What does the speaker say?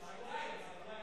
ברגליים.